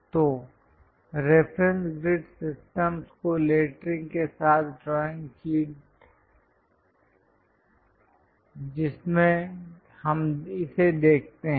तो reference grid system को lettering के साथ ड्राइंग शीट जिसमें हम इसे देख सकते हैं